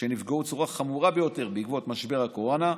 שנפגעו בצורה חמורה ביותר בעקבות משבר הקורונה,